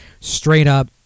straight-up